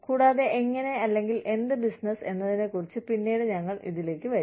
കൂടാതെ എങ്ങനെ അല്ലെങ്കിൽ എന്ത് ബിസിനസ്സ് എന്നതിനെക്കുറിച്ച് പിന്നീട് ഞങ്ങൾ ഇതിലേക്ക് വരും